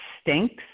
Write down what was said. stinks